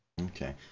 Okay